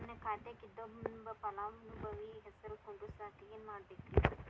ನನ್ನ ಖಾತೆಕ್ ಇನ್ನೊಬ್ಬ ಫಲಾನುಭವಿ ಹೆಸರು ಕುಂಡರಸಾಕ ಏನ್ ಮಾಡ್ಬೇಕ್ರಿ?